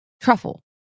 Truffle